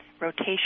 rotation